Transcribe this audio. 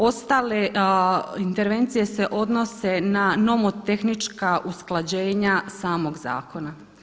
Ostale intervencije se odnose na nomotehnička usklađenja samog zakona.